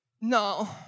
No